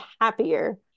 happier